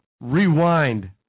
rewind